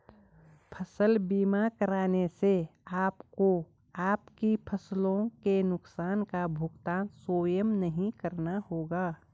फसल बीमा कराने से आपको आपकी फसलों के नुकसान का भुगतान स्वयं नहीं करना होगा